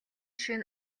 шөнө